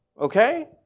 Okay